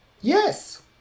Yes